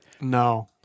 No